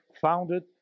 founded